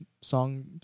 Song